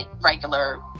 regular